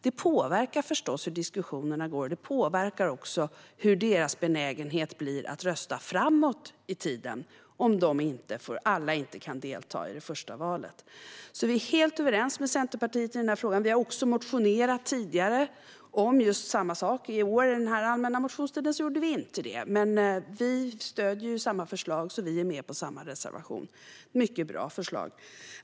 Det påverkar förstås hur diskussionerna går. Det påverkar också hur deras benägenhet att rösta blir framåt i tiden, om alla inte kan delta samtidigt i det första valet. Vi är alltså helt överens med Centerpartiet i den här frågan. Vi har också motionerat tidigare om just samma sak. I år gjorde vi det inte under allmänna motionstiden, men vi stöder samma förslag och är alltså med på samma reservation. Det är ett mycket bra förslag.